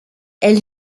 elle